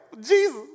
Jesus